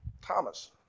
Thomas